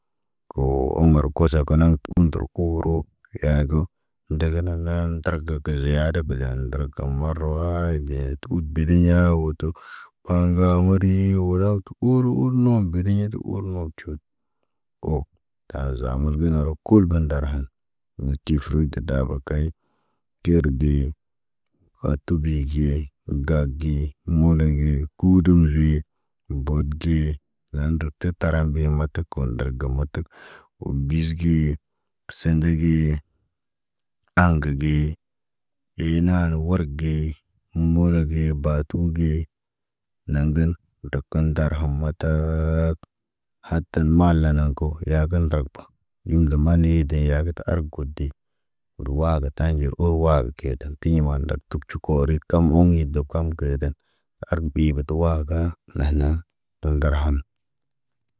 Koo omar koso kanaŋg undərok kooro i yagu. Ndegena naŋg, targagə gəzeyaade bədən ndarga kam marawaayit deetu ud dedeɲa wo tu ɓaŋga wori yoda. Uuru udnu badiɲa tu urnu cut. Wok ta za mulguna ro kulban ndarhan. Wo tifərida dabo kaɲ. Tiyerdi, khatubi ɟey, gaagi, moloŋge, kudum hi, bod ɟe. Nan ndərək tə tarambe mataku bolndarga mətək, wo bizge. Sende ge aŋgə ge yenaanə worge molo ge batu ge. Naŋg dən dokən darhə mataak. Hata maalan nako, ya gə ndɾag ba. Yin ŋga maani deyaku tə argude. Ruwaba tanɟer o waaba keytəŋg, tii man ndak tuk cuk koori kam oŋg ye dokam gəədən. Arɓi batawaga, nahana tə ŋgar ham.